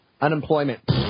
Unemployment